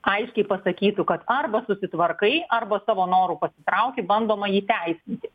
aiškiai pasakytų kad arba susitvarkai arba savo noru pasitrauki bandoma jį teisinti